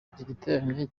giterane